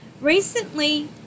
Recently